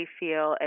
feel